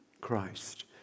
Christ